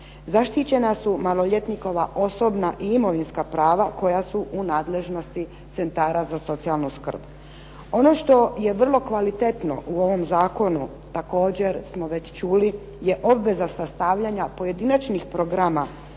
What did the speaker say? Zaštićena su maloljetnikova osobna i imovinska prava koja su u nadležnosti centara za socijalnu skrb. Ono što je vrlo kvalitetno u ovom zakonu, također smo već čuli je obveza sastavljanja pojedinačnih programa